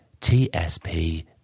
TSP